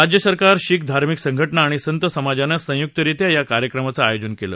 राज्य सरकार शीख धार्मिक संघटना आणि संत समाजानं संयुक्तरित्या या कार्यक्रमाचं आयोजन केलं